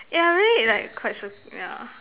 ya really like quite so yeah